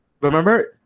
remember